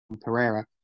Pereira